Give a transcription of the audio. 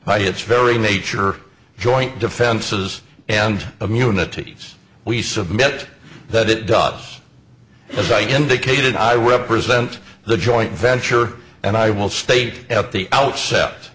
by its very nature joint defenses and communities we submit that it does as i indicated i represent the joint venture and i will state at the outset